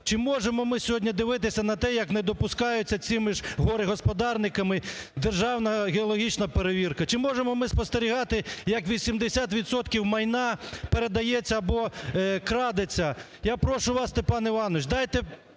чи можемо ми сьогодні дивитися на те, як не допускаються цими ж горе-господарниками державна геологічна перевірка? Чи можемо ми спостерігати, як 80 відсотків майна передається або крадеться? Я прошу вас, Степан Іванович, дайте